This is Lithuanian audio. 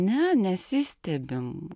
ne nesistebim